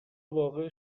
واقع